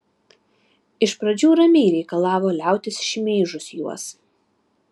iš pradžių ramiai reikalavo liautis šmeižus juos